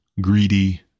greedy